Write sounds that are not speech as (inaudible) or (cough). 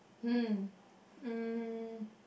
hmm (breath) um